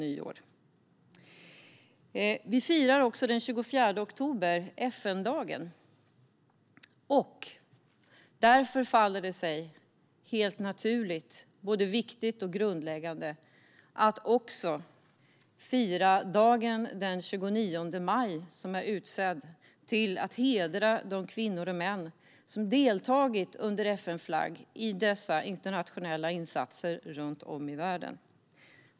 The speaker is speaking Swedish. Därutöver firar vi FN-dagen den 24 oktober. Därför faller det sig naturligt, viktigt och grundläggande att också fira den 29 maj. Denna dag är utsedd till att hedra de kvinnor och män som under FN-flagg har deltagit i internationella insatser runt om i världen.